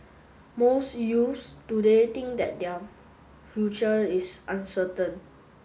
most youths today think that their future is uncertain